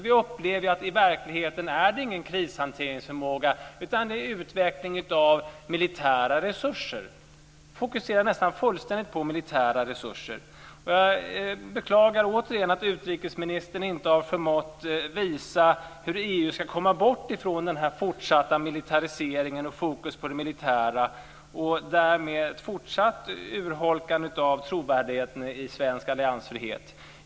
Vi upplever nämligen att i verkligheten är det ingen krishanteringsförmåga, utan en utveckling av militära resurser. Man fokuserar nästan fullständigt på militära resurser. Jag beklagar återigen att utrikesministern inte har förmått visa hur EU ska komma bort från den fortsatta militäriseringen och fokus på det militära och därmed ett fortsatt urholkande av trovärdigheten i svensk alliansfrihet.